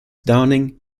downing